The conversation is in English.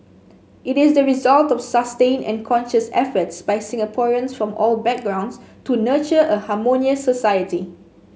it is the result of sustained and conscious efforts by Singaporeans from all backgrounds to nurture a harmonious society